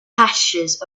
pastures